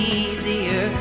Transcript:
easier